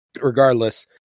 regardless